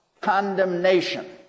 condemnation